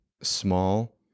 small